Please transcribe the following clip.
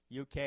UK